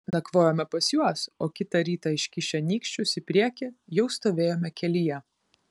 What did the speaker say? nakvojome pas juos o kitą rytą iškišę nykščius į priekį jau stovėjome kelyje